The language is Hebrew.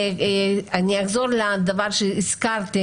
אני אחזור לדבר שהזכרתי